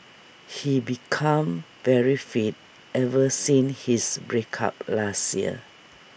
he became very fit ever since his break up last year